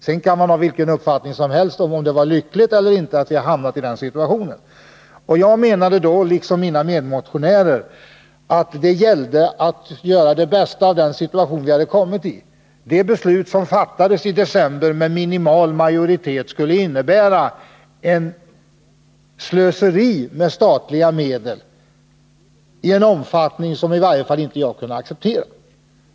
Man kan naturligtvis ha olika uppfattningar om huruvida det var lyckligt eller inte att vi hade hamnat i denna situation, men jag och mina medmotionärer menade att det gällde att göra det bästa möjliga av den uppkomna situationen. Det beslut som riksdagen i december fattade med minimal majoritet skulle innebära ett slöseri med statliga medel i en omfattning som i varje fall inte jag kunde acceptera.